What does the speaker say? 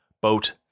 Boat